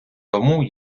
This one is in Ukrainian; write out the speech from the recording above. тому